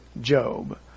Job